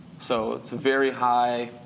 so it's a very high,